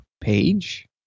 page